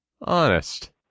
honest